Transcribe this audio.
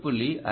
1